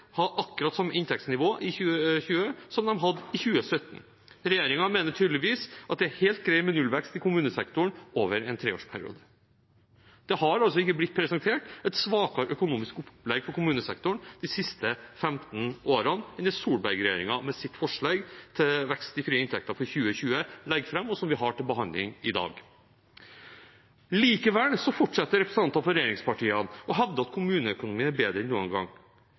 ha akkurat samme inntektsnivå i 2020 som de hadde i 2017. Regjeringen mener tydeligvis at det er helt greit med nullvekst i kommunesektoren over en treårsperiode. Det har ikke blitt presentert et svakere økonomisk opplegg for kommunesektoren de siste 15 årene enn det Solberg-regjeringen med sitt forslag til vekst i frie inntekter for 2020 legger fram, og som vi har til behandling i dag. Likevel fortsetter representanter for regjeringspartiene å hevde at kommuneøkonomien er bedre enn noen gang.